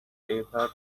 ever